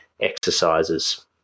exercises